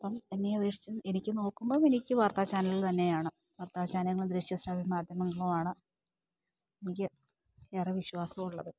അപ്പോള് എന്നെയപേക്ഷിച്ച് എനിക്കു നോക്കുമ്പോള് എനിക്ക് വാർത്താ ചാനലുകൾതന്നെയാണ് വാർത്താ ചാനലുകളും ദൃശ്യശ്രാവ്യമാധ്യമങ്ങളുമാണ് എനിക്ക് ഏറെ വിശ്വാസമുള്ളത്